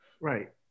Right